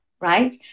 right